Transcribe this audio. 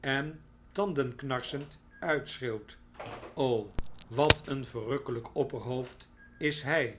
en tandenknarsend uitschreeuwt wat een verrukkelp opperhoofd is hg